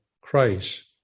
Christ